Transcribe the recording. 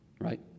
Right